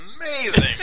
amazing